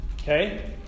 Okay